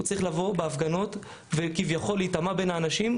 הוא צריך לבוא בהפגנות וכביכול להיטמע בין האנשים,